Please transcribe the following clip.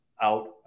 out